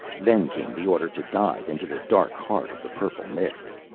then came the order to dive into the dark heart of the purple mists.